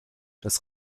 dass